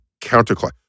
counterclockwise